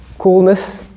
coolness